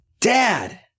dad